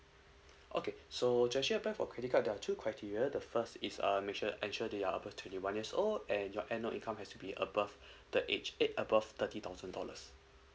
okay so just share for credit card there are two criteria the first is um make sure ensure they're above twenty one years old and your annual income have be above the edge edge above thirty thousand dollars